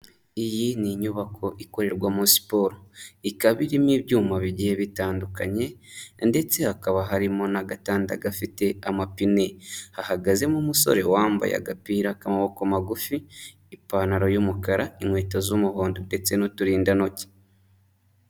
Iyi ni inyubako ikorerwa muri siporo, ikaba irimo ibyuma bigiye bitandukanye ndetse hakaba harimo n'agatanda gafite amapine. Hahagazemo umusore wambaye agapira k'amaboko magufi, ipantaro y'umukara, inkweto z'umuhondo ndetse n'uturindantoki.